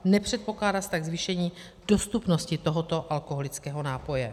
Nepředpokládá se tak zvýšení dostupnosti tohoto alkoholického nápoje.